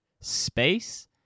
Space